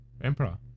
emperor